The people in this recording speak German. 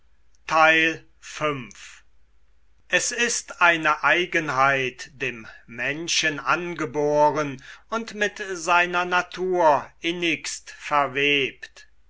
es ist eine eigenheit dem menschen angeboren und mit seiner natur innigst verwebt